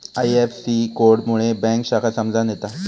IFSC code मुळे bank शाखा समजान येता